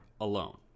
alone